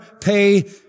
pay